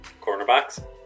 cornerbacks